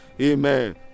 amen